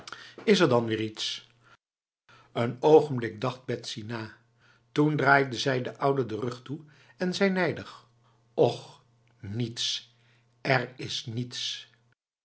is er dan weer iets een ogenblik dacht betsy na toen draaide zij de oude de rug toe en zei nijdig och niets er is niets